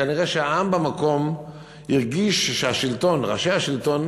כנראה העם במקום הרגיש שהשלטון, ראשי השלטון,